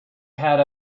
had